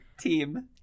team